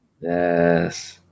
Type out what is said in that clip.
Yes